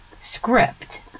script